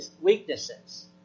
weaknesses